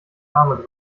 arme